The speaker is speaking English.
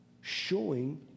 showing